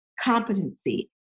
competency